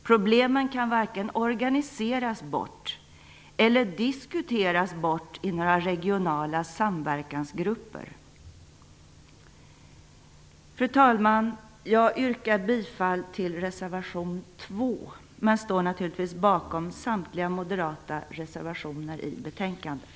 Problemen kan varken organiseras bort eller diskuteras bort i några regionala samverkansgrupper. Fru talman! Jag yrkar bifall till reservation 2 men står naturligtvis bakom samtliga moderata reservationer i betänkandet.